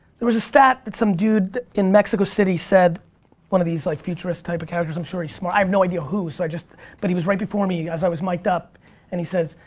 there was a stat that some dude in mexico city said one of these like futurist type characters, i'm sure he's smart. i have no idea who so i just but he was right before me as i was mic'd up and he says,